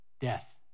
Death